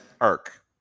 arc